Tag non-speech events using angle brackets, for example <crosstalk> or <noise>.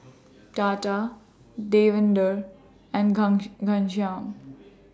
Tata Davinder and <unintelligible> Ghanshyam